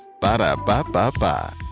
Ba-da-ba-ba-ba